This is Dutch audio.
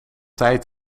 tijd